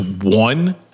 one